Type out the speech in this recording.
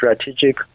strategic